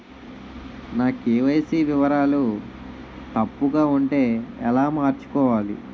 నా కే.వై.సీ వివరాలు తప్పుగా ఉంటే ఎలా మార్చుకోవాలి?